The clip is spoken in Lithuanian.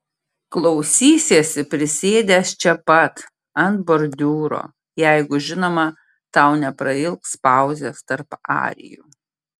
klausysiesi prisėdęs čia pat ant bordiūro jeigu žinoma tau neprailgs pauzės tarp arijų